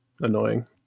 annoying